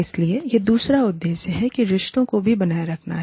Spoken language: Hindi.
इसलिए यह दूसरा उद्देश्य है कि रिश्तों को भी बनाए रखना है